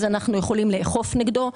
אנחנו יכולים לאכוף נגדו,